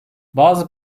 bazı